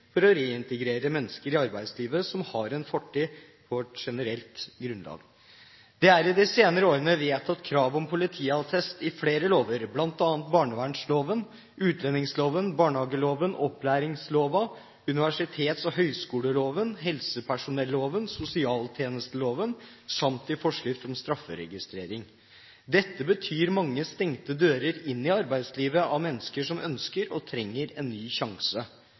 for å reintegrere mennesker som har en fortid, i arbeidslivet. Det er i de senere årene vedtatt krav om politiattest i flere lover, bl.a. i barnevernloven, i utlendingsloven, i barnehageloven, i opplæringslova, i universitets- og høyskoleloven, i helsepersonelloven, i sosialtjenesteloven samt i forskrift om strafferegistrering. Dette betyr mange stengte dører inn til arbeidslivet for mennesker som ønsker og trenger en ny sjanse.